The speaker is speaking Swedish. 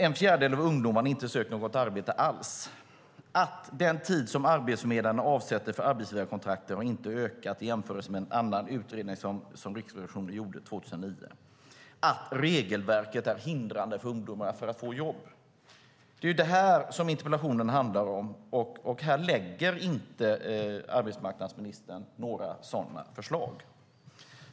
En fjärdedel av ungdomarna har inte sökt något arbete alls. Den tid som arbetsförmedlarna avsätter för arbetsgivarkontakter har inte ökat i jämförelse med en annan utredning som Riksrevisionen gjorde 2009. Regelverket hindrar ungdomar att få jobb. Det är de frågorna som interpellationen handlar om. Här lägger inte arbetsmarknadsministern fram några sådana förslag.